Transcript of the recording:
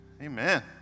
Amen